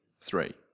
Three